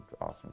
awesome